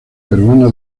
peruana